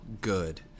good